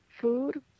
food